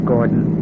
Gordon